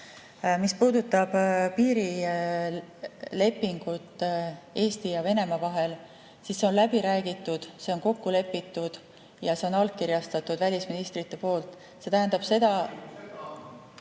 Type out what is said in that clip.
Mis puudutab piirilepingut Eesti ja Venemaa vahel, siis see on läbi räägitud, see on kokku lepitud ja see on allkirjastatud välisministrite poolt. See tähendab ...